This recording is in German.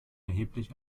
erheblich